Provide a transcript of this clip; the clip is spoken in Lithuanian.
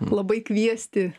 labai kviesti